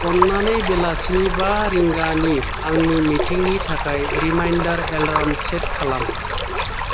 अन्नानै बेलासिनि बा रिंगानि आंनि मिटिंनि थाखाय रिमाइन्डार एलार्म सेट खालाम